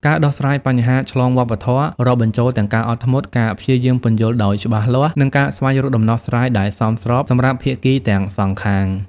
ការដោះស្រាយបញ្ហាឆ្លងវប្បធម៌ រាប់បញ្ចូលទាំងការអត់ធ្មត់ ការព្យាយាមពន្យល់ដោយច្បាស់លាស់ និងការស្វែងរកដំណោះស្រាយដែលសមស្របសម្រាប់ភាគីទាំងសងខាង។